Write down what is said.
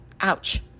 Ouch